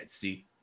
See